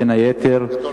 בין היתר,